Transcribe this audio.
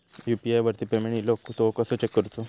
UPI वरती payment इलो तो कसो चेक करुचो?